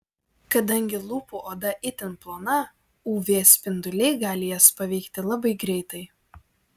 kadangi lūpų oda itin plona uv spinduliai gali jas paveikti labai greitai